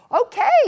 Okay